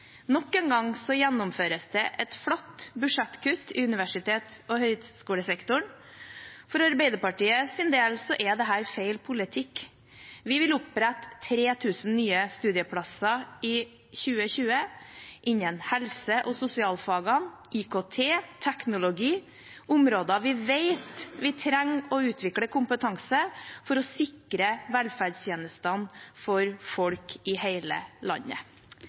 Nok en gang gjennomføres det et flatt budsjettkutt i universitets- og høyskolesektoren. For Arbeiderpartiets del er dette feil politikk. Vi vil opprette 3 000 nye studieplasser i 2020 innen helse- og sosialfagene, IKT og teknologi – områder der vi vet at vi trenger å utvikle kompetanse for å sikre velferdstjenestene for folk i hele landet.